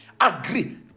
Agree